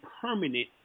permanent